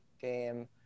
game